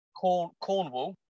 Cornwall